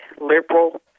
liberal